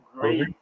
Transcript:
great